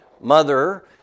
mother